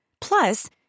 Plus